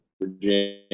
Virginia